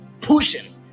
pushing